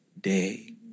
day